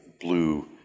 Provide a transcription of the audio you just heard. blue